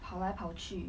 跑来跑去